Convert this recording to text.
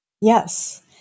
Yes